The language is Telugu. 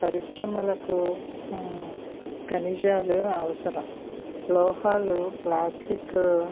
పరిశ్రమలకు ఖనిజాలు అవసరం లోహాలు ప్లాస్టిక్